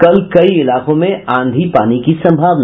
कल कई इलाकों में आंधी पानी की संभावना